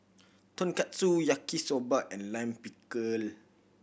Tonkatsu Yaki Soba and Lime Pickle